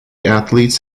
athletes